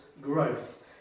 growth